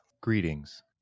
Greetings